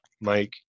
Mike